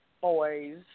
boys